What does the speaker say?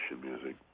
music